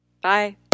Bye